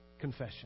confession